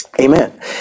Amen